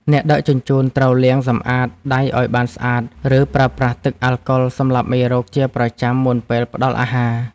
អ្នកដឹកជញ្ជូនត្រូវលាងសម្អាតដៃឱ្យបានស្អាត ឬប្រើប្រាស់ទឹកអាល់កុលសម្លាប់មេរោគជាប្រចាំមុនពេលផ្ដល់អាហារ។